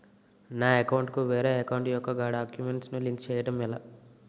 నా అకౌంట్ కు వేరే అకౌంట్ ఒక గడాక్యుమెంట్స్ ను లింక్ చేయడం ఎలా?